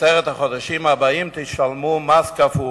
בעשרת החודשים הבאים תשלמו מס כפול,